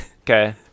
okay